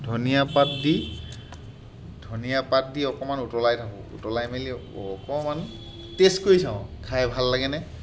ধনিয়া পাত দি ধনিয়া পাত দি অকণমান উতলাই থাকোঁ উতলাই মেলি অকণমান টে'ষ্ট কৰি চাওঁ খাই ভাল লাগেনে